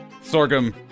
Sorghum